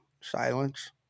Silence